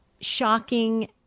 shocking